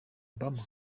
obama